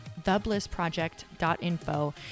theblissproject.info